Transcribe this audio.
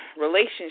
relationship